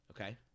Okay